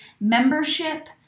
membership